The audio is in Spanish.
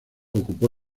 ocupó